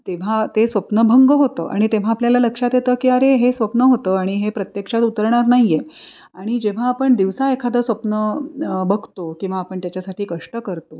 तेव्हा ते स्वप्नभंग होतं आणि तेव्हा आपल्याला लक्षात येतं की अरे हे स्वप्न होतं आणि हे प्रत्यक्षात उतरणार नाही आहे आणि जेव्हा आपण दिवसा एखादं स्वप्न बघतो किंवा आपण त्याच्यासाठी कष्ट करतो